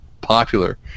popular